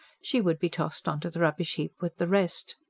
she would be tossed on to the rubbish-heap with the rest.